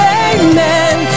amen